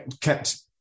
kept